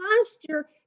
posture